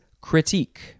critique